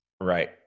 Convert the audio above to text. Right